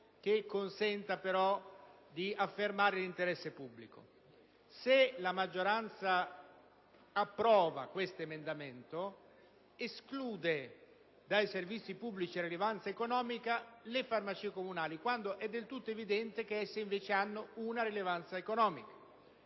consentendo però di affermare l'interesse pubblico. Se la maggioranza approvasse questi due emendamenti identici escluderebbe dai servizi pubblici a rilevanza economica le farmacie comunali, quando è del tutto evidente che esse hanno invece una rilevanza economica.